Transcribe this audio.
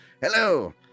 Hello